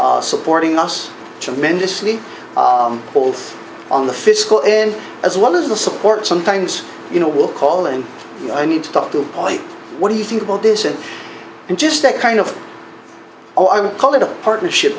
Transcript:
s supporting us tremendously hold on the fiscal end as well as the support sometimes you know we'll call in i need to talk to ali what do you think about this it and just that kind of oh i would call it a partnership